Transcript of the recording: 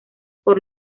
por